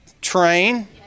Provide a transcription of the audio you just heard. train